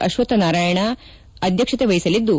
Ashwathnarayan ಅಧ್ಯಕ್ಷತೆವಹಿಸಲಿದ್ದು